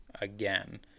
again